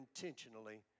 intentionally